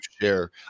share